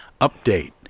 Update